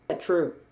True